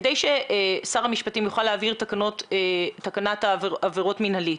כדי ששר המשפטים יוכל להעביר תקנת על עבירות מינהליות,